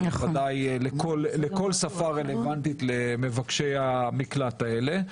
אבל ודאי לכל שפה רלוונטית למבקשי המקלט האלה.